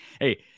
hey